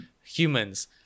humans